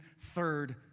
Third